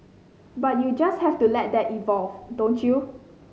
but you just have to let that evolve don't you